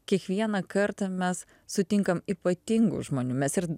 kiekvieną kartą mes sutinkam ypatingų žmonių mes ir